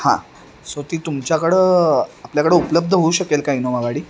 हां सो ती तुमच्याकडं आपल्याकडं उपलब्ध होऊ शकेल का इनोवा गाडी